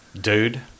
Dude